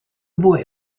boy